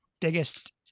biggest –